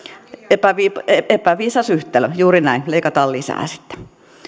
epäviisasta epäviisas yhtälö juuri näin leikataan lisää sitten